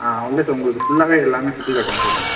ஆ இல்லை சார் உங்களுக்கு ஃபுல்லாவே எல்லாமே சுற்றிக் காட்டுவேன் சார் நான்